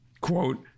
quote